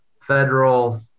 Federal